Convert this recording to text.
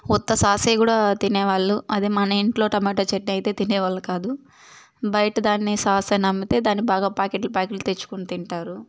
ఉత్త సాసే కూడా తినేవాళ్లు అదే మన ఇంట్లో టమేటా చెట్నీ అయితే తినేవాళ్లు కాదు బయట దాన్ని సాసని అమ్మితే దాన్ని బాగా ప్యాకెట్లు ప్యాకెట్లు తెచ్చుకొని తింటారు